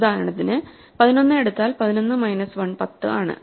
ഉദാഹരണത്തിന് 11 എടുത്താൽ 11 മൈനസ് 1 10 ആണ്